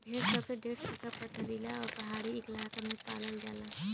भेड़ सबसे ढेर सुखा, पथरीला आ पहाड़ी इलाका में पालल जाला